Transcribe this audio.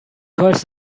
curse